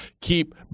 keep